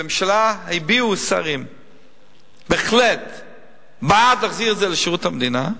בממשלה היו בהחלט שרים שהיו בעד להחזיר את זה לשירות המדינה,